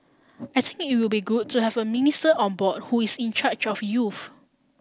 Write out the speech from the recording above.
I think it will be good to have a minister on board who is in charge of youth